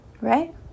Right